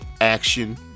Action